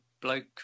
bloke